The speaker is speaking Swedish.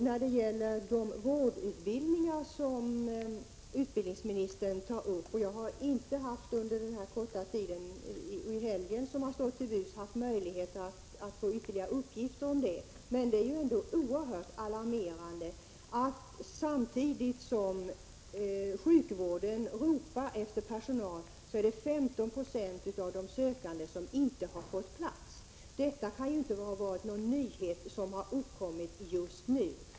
När det gäller de vårdutbildningar som utbildningsministern tar upp har jag under den korta tid som stått till buds, dvs. helgen, inte haft möjlighet att skaffa mig ytterligare uppgifter. Men jag vill ändå säga att det är oerhört alarmerande att 15 26 av de sökande inte har fått plats samtidigt som sjukvården ropar efter personal. Detta kan inte vara någon situation som har uppkommit just nu.